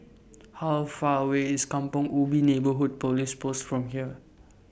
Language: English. How Far away IS Kampong Ubi Neighbourhood Police Post from here